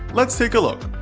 let's take a look.